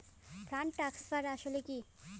Fund transfer আসলে কী?